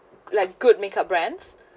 like good makeup brands